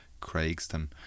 Craigston